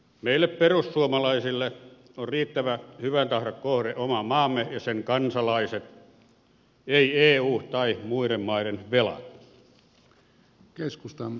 meille perussuomalaisille on riittävä hyvän tahdon kohde oma maamme ja sen kansalaiset ei eu tai muiden maiden velat